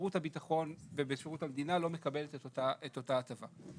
בשירות הביטחון ובשירות המדינה לא מקבלת את אותה הטבה.